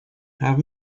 have